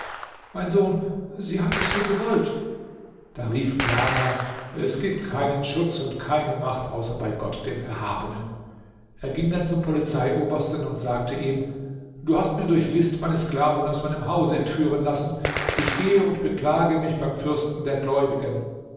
mein sohn sie hat es so gewollt da rief niamah es gibt keinen schutz und keine macht außer bei gott dem erhabenen er ging dann zum polizeiobersten und sagte ihm du hast mir durch list meine sklavin aus meinem hause entführen lassen ich gehe und beklage mich beim fürsten der gläubigen